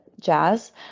Jazz